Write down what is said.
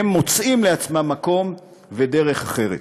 הם מוצאים לעצמם מקום ודרך אחרת,